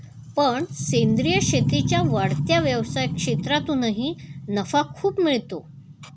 पण सेंद्रीय शेतीच्या वाढत्या व्यवसाय क्षेत्रातूनही नफा खूप मिळतो